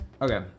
Okay